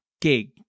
gig